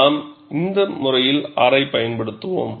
நாம் இந்த முறையில் R ஐப் பயன்படுத்துவோம்